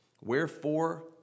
Wherefore